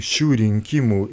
šių rinkimų